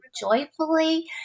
joyfully